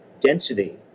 density